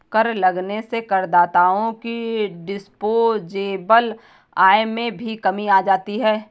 कर लगने से करदाताओं की डिस्पोजेबल आय में भी कमी आ जाती है